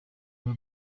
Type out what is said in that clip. baba